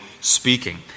speaking